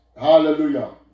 Hallelujah